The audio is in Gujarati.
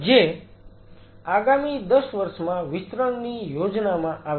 જે આગામી 10 વર્ષમાં વિસ્તરણની યોજનામાં આવે છે